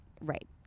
Right